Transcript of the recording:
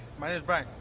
my name's brian.